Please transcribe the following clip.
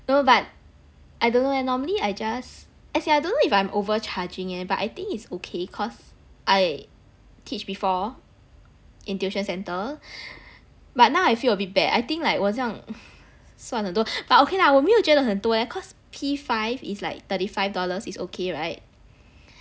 no but I don't know leh normally I just as in I don't know if I'm overcharging eh but I think it's okay cause I teach before in tuition centre but now I feel a bit bad I think like 我像算很多 but okay lah 我没有觉得很多 leh cause P five is like thirty five dollars is okay right